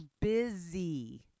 busy